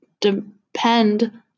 depend